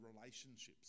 relationships